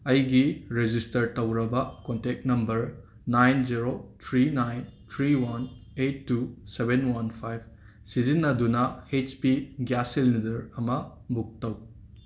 ꯑꯩꯒꯤ ꯔꯦꯖꯤꯁꯇꯔ ꯇꯧꯔꯕ contact number nine zero three nine three one eight two seven one five ꯁꯤꯖꯤꯟꯅꯗꯨꯅ ꯍꯩꯆ ꯄꯤ ꯒ꯭ꯌꯥꯁ ꯁꯤꯂꯤꯟꯗꯔ ꯑꯃ ꯕꯨꯛ ꯇꯧ